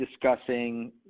discussing